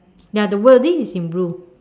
ya the wording is in blue